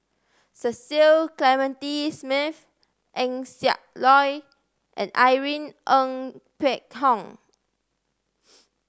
Cecil Clementi Smith Eng Siak Loy and Irene Ng Phek Hoong